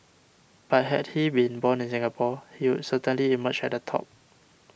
but had he been born in Singapore he would certainly emerge at the top